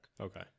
okay